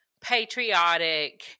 patriotic